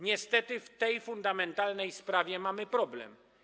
Niestety w tej fundamentalnej sprawie mamy problem.